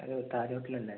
hello Taj hotel അല്ലേ